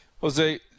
Jose